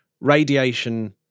radiation